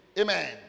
Amen